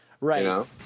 Right